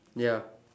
ya